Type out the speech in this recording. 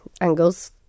angles